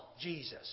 Jesus